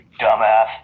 dumbass